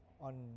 on